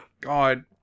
God